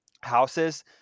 houses